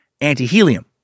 anti-helium